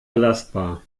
belastbar